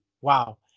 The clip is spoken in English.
wow